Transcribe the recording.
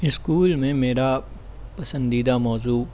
school میں میرا پسندیدہ موضوع